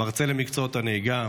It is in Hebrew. מרצה למקצועות הנהיגה,